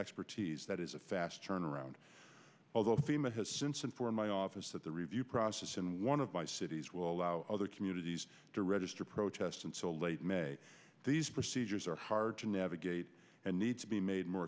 expertise that is a fast turnaround although fema has since and for my office at the review process in one of my cities will allow other communities to register protest until late may these procedures are hard to navigate and need to be made more